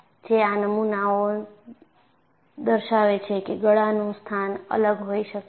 જે આ નમુનાઓ દર્શાવે છે કે ગળાનું સ્થાન અલગ હોઈ શકે છે